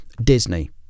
Disney